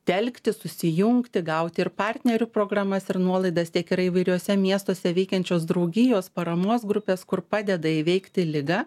telkti susijungti gauti ir partnerių programas ir nuolaidas tiek yra įvairiuose miestuose veikiančios draugijos paramos grupės kur padeda įveikti ligą